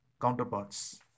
counterparts